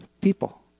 people